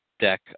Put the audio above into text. deck